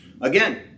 Again